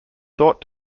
thought